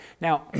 Now